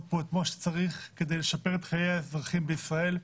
פה את מה שצריך כדי לשפר את חיי האזרחים בישראל.